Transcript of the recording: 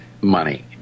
money